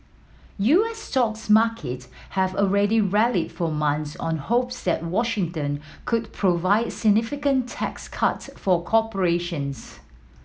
U S stocks market have already rallied for months on hopes that Washington could provide significant tax cuts for corporations